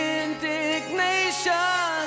indignation